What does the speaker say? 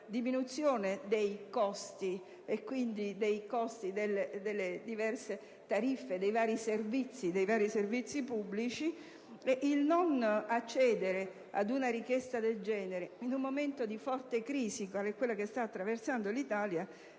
diminuzione dei costi e quindi delle diverse tariffe dei vari servizi pubblici, il fatto di non accedere ad una richiesta del genere in un momento di forte crisi quale quella che sta attraversando l'Italia